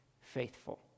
faithful